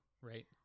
Right